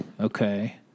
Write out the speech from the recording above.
Okay